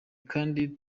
kandi